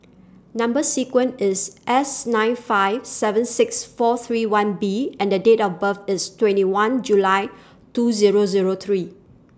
Number sequence IS S nine five seven six four three one B and Date of birth IS twenty one July two Zero Zero three